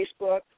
Facebook